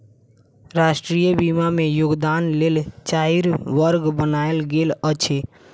राष्ट्रीय बीमा में योगदानक लेल चाइर वर्ग बनायल गेल अछि